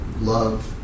love